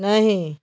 नहीं